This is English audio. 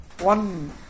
one